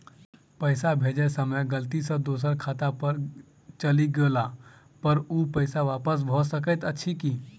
पैसा भेजय समय गलती सँ दोसर खाता पर चलि गेला पर ओ पैसा वापस भऽ सकैत अछि की?